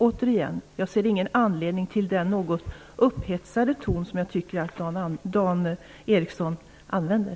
Återigen: Jag ser ingen anledning till den något upphetsade ton som jag tycker att Dan Ericsson använder.